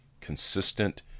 consistent